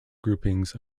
groupings